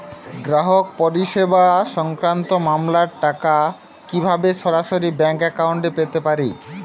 গ্রাহক পরিষেবা সংক্রান্ত মামলার টাকা কীভাবে সরাসরি ব্যাংক অ্যাকাউন্টে পেতে পারি?